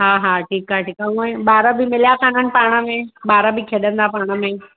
हा हा ठीकु आहे ठीकु आहे हूंअं ई ॿार बि मिलिया कान्हनि पाण में ॿार बि खेॾंदा पाण में ई